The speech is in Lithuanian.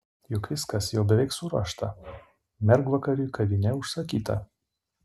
juk viskas jau beveik suruošta mergvakariui kavinė užsakyta